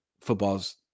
football's